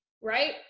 right